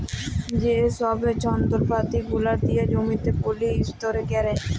যে ছব যল্তরপাতি গুলা দিয়ে জমিতে পলী ইস্পেরে ক্যারে